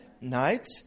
night